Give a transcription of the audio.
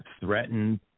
threatened